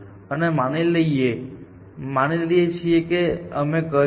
અમે માની લઈએ છીએ કે અમે તે કરીશું